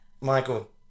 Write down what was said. Michael